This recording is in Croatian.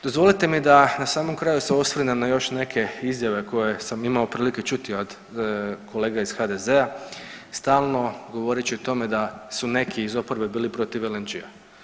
Dozvolite mi da na samom kraju se osvrnem na još neke izjave koje sam imao prilike čuti od kolega iz HDZ-a, stalno govoreći o tome da su neki iz oporbe bili protiv LNG-a.